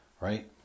right